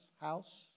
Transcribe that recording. House